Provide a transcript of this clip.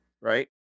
right